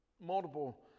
multiple